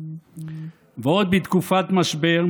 ועוד בתקופת משבר,